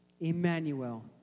Emmanuel